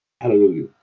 Hallelujah